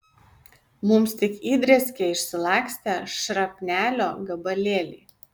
mums tik įdrėskė išsilakstę šrapnelio gabalėliai